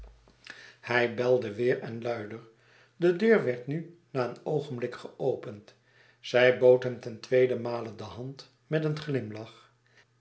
hij belde weêr en luider de deur werd nu na een oogenblik geopend zij bood hem ten tweede male de hand met een glimlach